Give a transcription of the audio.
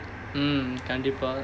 um கண்டிப்பா:kandippaa